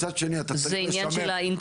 מצד שני אתה צריך לשמר,